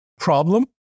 problem